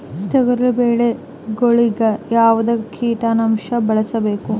ತೊಗರಿಬೇಳೆ ಗೊಳಿಗ ಯಾವದ ಕೀಟನಾಶಕ ಬಳಸಬೇಕು?